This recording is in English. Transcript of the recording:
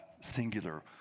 singular